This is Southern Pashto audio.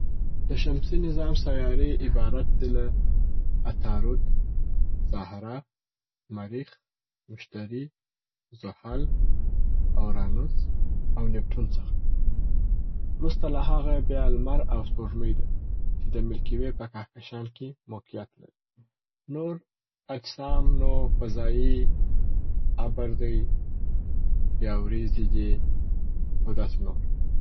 د شمسي نظام سیارې عبارت دي له عطارد، زهره، مریخ، مشتري، زحل، اورانوس، او نیپټون څخه. وروسته له هغه بیا لمر او سپوږمی ده چې د میلکي وې په کهکشان کې موقعیت لري. نور اجسام فضايي نو ابر دی یا وریځي دي او داسي نور.